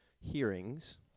hearings